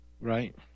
Right